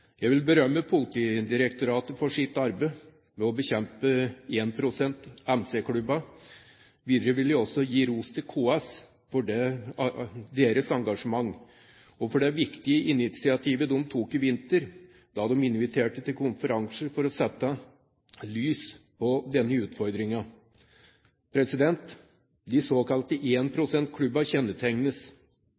Jeg vil berømme Politidirektoratet for deres arbeid med å bekjempe énprosent-MC-klubbene. Videre vil jeg gi ros til KS for deres engasjement og for det viktige initiativet de tok i vinter, da de inviterte til konferanse for å sette søkelyset på denne utfordringen. De såkalte